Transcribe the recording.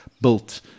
built